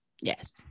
Yes